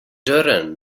dörren